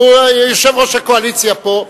יושב-ראש הקואליציה פה.